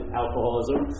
alcoholism